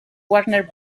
warner